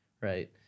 right